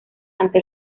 ante